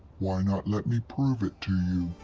why not let me prove it to you?